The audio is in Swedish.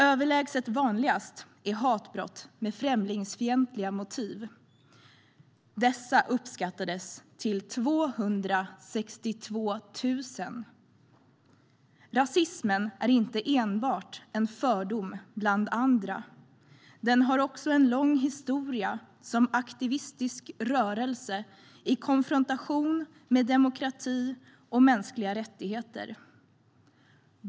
Överlägset vanligast var hatbrott med främlingsfientliga motiv. Dessa uppskattades till 262 000. Rasismen är inte enbart en fördom bland andra. Den har också en lång historia som aktivistisk rörelse i konfrontation med demokrati och mänskliga rättigheter.